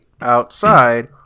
outside